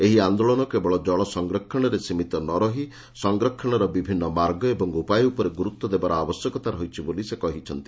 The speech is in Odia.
ଏହି ଆନ୍ଦୋଳନ କେବଳ ଜଳ ସଂରକ୍ଷଶରେ ସୀମିତ ନ ରହି ସଂରକ୍ଷଶର ବିଭିନ୍ତ ମାର୍ଗ ଓ ଉପାୟ ଉପରେ ଗୁରୁତ୍ ଦେବାର ଆବଶ୍ୟକତା ରହିଛି ବୋଲି ପ୍ରଧାନମନ୍ତୀ କହିଛନ୍ତି